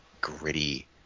gritty